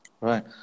Right